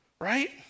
right